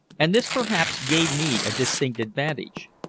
and this perhaps gave me a distinct advantage.